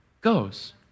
goes